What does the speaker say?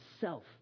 self